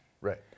right